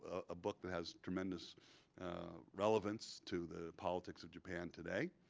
a book that has tremendous relevance to the politics of japan today.